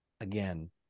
again